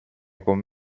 con